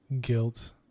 guilt